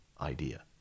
idea